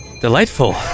Delightful